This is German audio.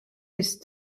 ist